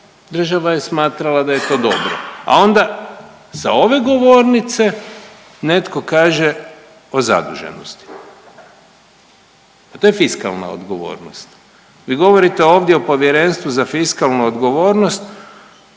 država je smatrala da je to dobro. A onda sa ove govornice netko kaže o zaduženosti. To je fiskalna odgovornost. Vi govorite ovdje o Povjerenstvu za fiskalnu odgovornost